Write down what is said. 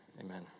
Amen